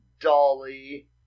Dolly